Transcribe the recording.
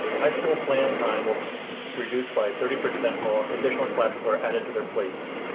high school plan time will reduce by thirty percent while additional classes are added to their plates.